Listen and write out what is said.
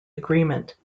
agreement